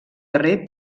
darrer